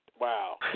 Wow